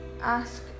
ask